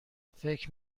فکر